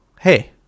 Hey